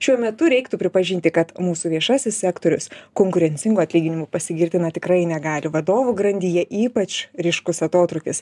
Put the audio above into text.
šiuo metu reiktų pripažinti kad mūsų viešasis sektorius konkurencingu atlyginimu pasigirti na tikrai negali vadovų grandyje ypač ryškus atotrūkis